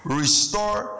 restore